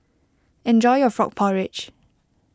enjoy your Frog Porridge